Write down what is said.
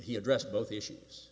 he addressed both issues